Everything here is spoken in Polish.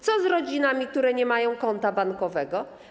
Co z rodzinami, które nie mają konta bankowego?